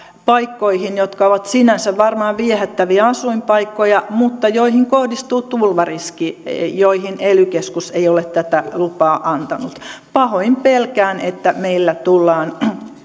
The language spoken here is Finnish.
paikkoihin jotka ovat sinänsä varmaan viehättäviä asuinpaikkoja mutta joihin kohdistuu tulvariski ja joihin ely keskus ei ole tätä lupaa antanut pahoin pelkään että meillä tullaan